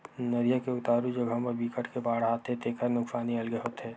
नदिया के उतारू जघा म बिकट के बाड़ आथे तेखर नुकसानी अलगे होथे